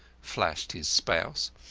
flashed his spouse.